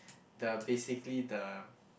the basically the